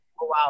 Wow